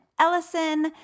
Ellison